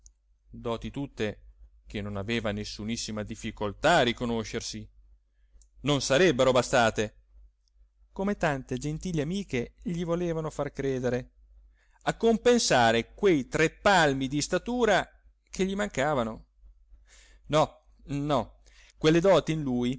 doti tutte che non aveva nessunissima difficoltà a riconoscersi non sarebbero bastate come tante gentili amiche gli volevano far credere a compensare quei tre palmi di statura che gli mancavano no no quelle doti in lui